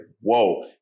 whoa